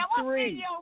Three